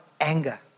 anger